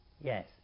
Yes